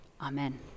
Amen